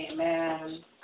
Amen